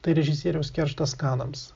tai režisieriaus kerštas kanams